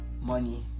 money